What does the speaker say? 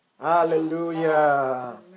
Hallelujah